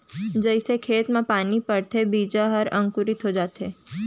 जइसे खेत म पानी परथे बीजा ह अंकुरित हो जाथे